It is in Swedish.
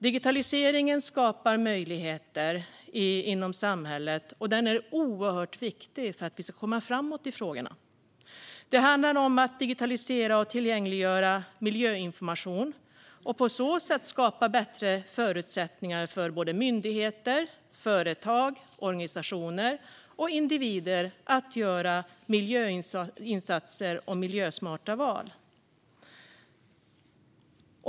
Digitaliseringen skapar möjligheter inom samhället. Den är oerhört viktig för att vi ska komma framåt i frågorna. Det handlar om att digitalisera och tillgängliggöra miljöinformation och på så sätt skapa bättre förutsättningar för myndigheter, företag, organisationer och individer att göra miljöinsatser och miljösmarta val.